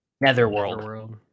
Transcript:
Netherworld